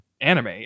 anime